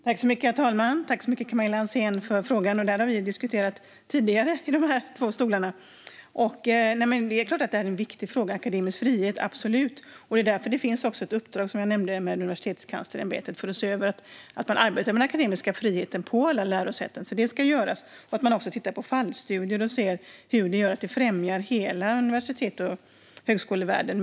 Herr talman! Jag tackar Camilla Hansén för frågan, som vi ju har diskuterat tidigare härifrån dessa båda talarstolar. Akademisk frihet är absolut en viktig fråga. Det är därför Universitetskanslersämbetet har fått det uppdrag som jag tidigare nämnde om att se över att man arbetar med akademisk frihet på alla lärosäten. Man ska också titta på fallstudier för att se hur den akademiska friheten kan främja hela universitets och högskolevärlden.